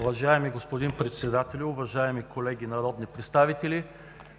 Уважаеми господин Председателю, уважаеми колеги народни представители!